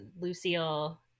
Lucille